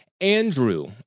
Andrew